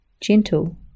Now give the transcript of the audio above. gentle